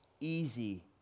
easy